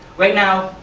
right now,